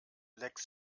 lecks